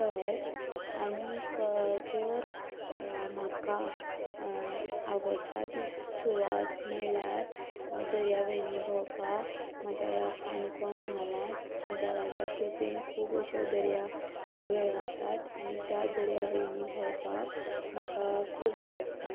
स्तळ आनीक जर म्हाका आवडटा ती सुवात म्हणल्यार दर्यावेळींनी भोंवपाक म्हज्या ह्या काणकोण म्हालांत देवाच्या कृपेन खूब अश्यो दर्या वेळो आसात आनी त्या दर्या वेळींनी भोंवपाक म्हाका खूब आवडटा